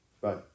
Right